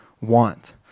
want